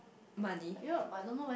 money